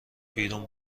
بیرون